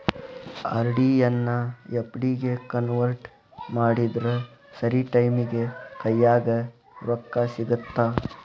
RD ಎನ್ನಾ FD ಗೆ convert ಮಾಡಿದ್ರ ಸರಿ ಟೈಮಿಗಿ ಕೈಯ್ಯಾಗ ರೊಕ್ಕಾ ಸಿಗತ್ತಾ